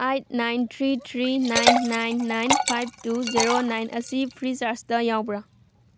eight nine three three nine nine nine five two zero nine ꯑꯁꯤ ꯐ꯭ꯔꯤꯆꯥꯔꯁꯇ ꯌꯥꯎꯕ꯭ꯔꯥ